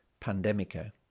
Pandemico